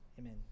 Amen